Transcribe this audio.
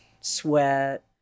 sweat